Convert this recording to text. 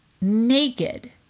naked